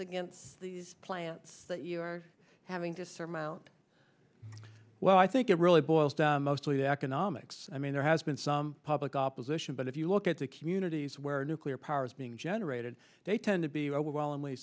against these plants that you're having to surmount well i think it really boils down to the economics i mean there has been some public opposition but if you look at the communities where nuclear power is being generated they tend to be overwhelmingly